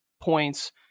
points